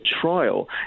trial